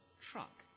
truck